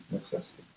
necessity